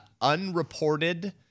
unreported